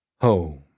home